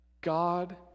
God